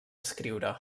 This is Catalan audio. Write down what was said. escriure